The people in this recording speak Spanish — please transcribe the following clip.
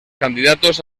candidatos